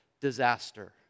disaster